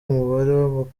umubare